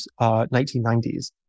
1990s